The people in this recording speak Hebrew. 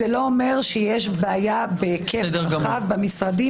זה לא אומר שיש בעיה בהיקף רחב במשרדים,